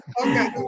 Okay